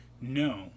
No